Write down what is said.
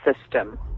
system